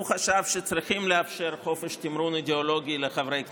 הוא חשב שצריכים לאפשר חופש תמרון אידיאולוגי לחברי כנסת.